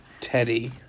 Teddy